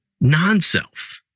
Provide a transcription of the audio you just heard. non-self